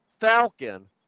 Falcon